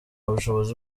bushobozi